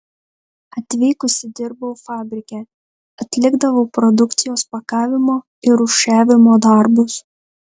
atvykusi dirbau fabrike atlikdavau produkcijos pakavimo ir rūšiavimo darbus